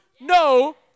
No